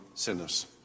Sinners